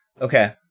Okay